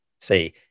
say